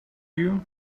you